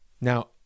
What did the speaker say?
Now